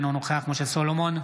אינו נוכח משה סולומון,